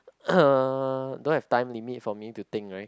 uh don't have time limit for me to think right